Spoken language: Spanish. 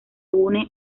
une